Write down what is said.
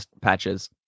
patches